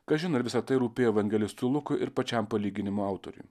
kažin ar visa tai rūpėjo evangelistui lukui ir pačiam palyginimo autoriui